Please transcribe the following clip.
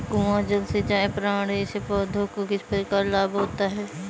कुआँ जल सिंचाई प्रणाली से पौधों को किस प्रकार लाभ होता है?